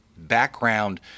background